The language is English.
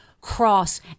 cross